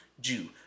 Jew